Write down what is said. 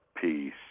peace